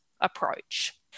approach